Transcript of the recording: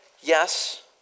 Yes